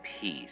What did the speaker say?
peace